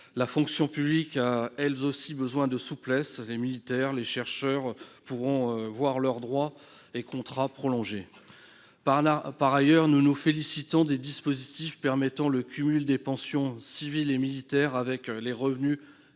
La fonction publique a elle aussi besoin de souplesse. Ainsi, les militaires et les chercheurs pourront voir leurs droits et contrats prolongés. Par ailleurs, nous nous félicitons des dispositifs permettant le cumul des pensions civiles et militaires avec les revenus